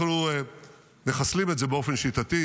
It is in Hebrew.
אנחנו מחסלים את זה באופן שיטתי.